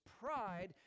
pride